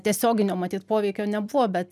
tiesioginio matyt poveikio nebuvo bet